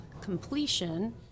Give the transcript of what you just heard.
completion